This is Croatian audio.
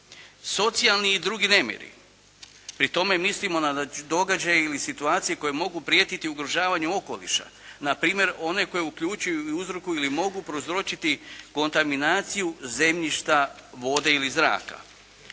Socijalni i drugi nemiri, pri tome mislimo na događaje ili situacije koji mogu prijetiti ugrožavanju okoliša, npr. one koje uključuju i uzrokuju ili mogu prouzročiti kontaminaciju zemljišta, vode ili zraka,